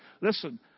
listen